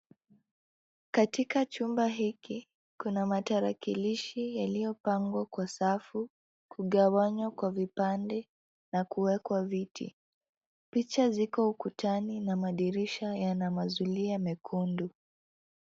Katika chumba hiki kuna matarakilishi yaliyopangwa kwa safu, kugawanywa kwa vipande na kuwekwa viti. Picha ziko ukutani na madirisha yana mazulia mekundu.